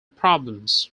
problems